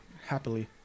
happily